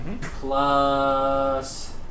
Plus